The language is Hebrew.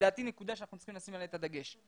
נקודה שאנחנו צריכים לשים עליה את הדגש,